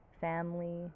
family